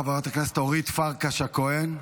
חברת הכנסת אורית פרקש הכהן.